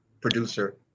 producer